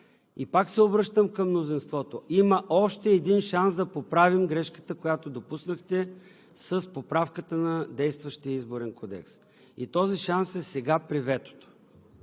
И пак се обръщам към мнозинството: има още един шанс да поправим грешката, която допуснахте с поправката на действащия Изборен кодекс. И този шанс е сега при ветото.